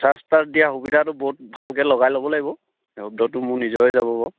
charge টাৰ্জ দিয়া সুবিধাটো বহুত ভালকৈ লগাই ল'ব লাগিব শব্দটো মোৰ নিজৰে যাব বাৰু